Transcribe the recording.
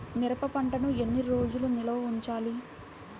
మిరప పంటను ఎన్ని రోజులు నిల్వ ఉంచాలి?